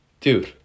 dude